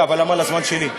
רגע, אבל למה על הזמן שלי?